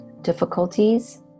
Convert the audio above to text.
difficulties